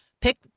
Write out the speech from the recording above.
pick